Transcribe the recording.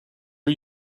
are